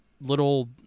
little